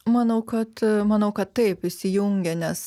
manau kad a manau kad taip įsijungia nes